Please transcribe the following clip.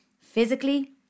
physically